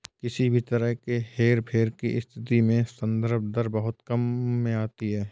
किसी भी तरह के हेरफेर की स्थिति में संदर्भ दर बहुत काम में आती है